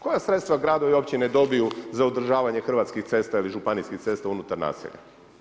Koja sredstva gradovi i općine dobiju za održavanje hrvatskih cesta ili županijskih cesta unutar naselja?